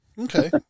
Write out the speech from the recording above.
okay